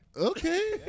Okay